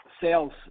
sales